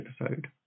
episode